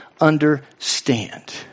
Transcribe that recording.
understand